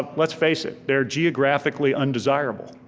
let's face it, they're geographically undesirable.